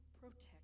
protect